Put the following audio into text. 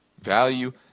value